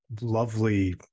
lovely